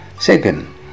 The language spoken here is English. Second